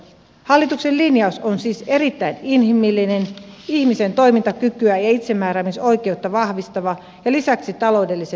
hallituksen linjaus on siis erittäin inhimillinen ihmisen toimintakykyä ja itsemääräämisoikeutta vahvistava ja lisäksi taloudellisesti järkevä